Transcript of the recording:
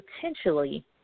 potentially